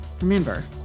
Remember